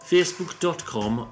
Facebook.com